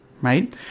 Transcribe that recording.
right